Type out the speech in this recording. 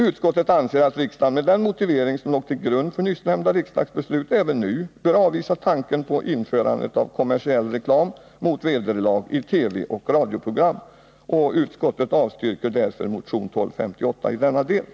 Utskottet anser att riksdagen med den motivering som låg till grund för nyssnämnda riksdagsbeslut även nu bör avvisa tanken på införande av kommersiell reklam mot vederlag i ett TV och radioprogram. Utskottet avstyrker därför motion 1258 i denna del.